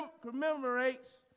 commemorates